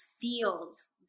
feels